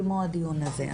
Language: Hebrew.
כמו הדיון הזה,